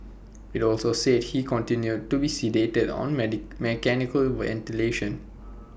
IT also said he continued to be sedated and on many mechanical ventilation